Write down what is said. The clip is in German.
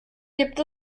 gibt